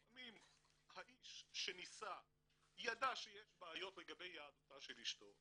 לפעמים האיש שנישא ידע שיש בעיות לגבי יהדותה של אשתו,